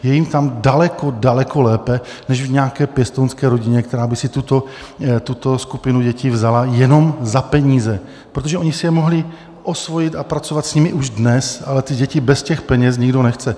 Je jim tam daleko, daleko lépe než v nějaké pěstounské rodině, která by si tuto skupinu dětí vzala jenom za peníze, protože oni si je mohli osvojit a pracovat s nimi už dnes, ale ty děti bez peněz nikdo nechce.